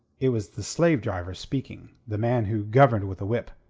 it was the slave-driver speaking, the man who governed with a whip.